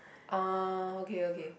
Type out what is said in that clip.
ah okay okay